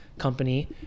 company